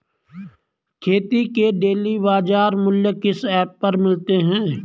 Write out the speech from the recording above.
खेती के डेली बाज़ार मूल्य किस ऐप पर मिलते हैं?